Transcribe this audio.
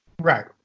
Right